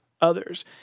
others